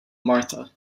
marthe